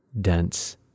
dense